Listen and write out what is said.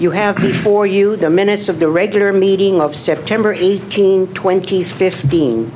you have before you the minutes of the regular meeting of september eighteenth twenty fifteen